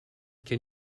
can